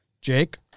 Jake